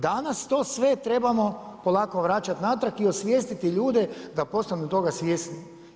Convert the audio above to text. Danas, to sve trebamo polako vraćati natrag i osvijestiti ljude da postanu toga svjesni.